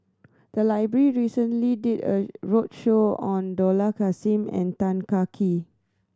the library recently did a roadshow on Dollah Kassim and Tan Kah Kee